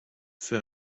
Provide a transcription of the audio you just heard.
für